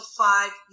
five